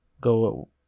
go